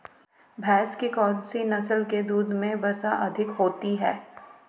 भैंस की कौनसी नस्ल के दूध में वसा अधिक होती है?